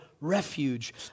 refuge